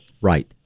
right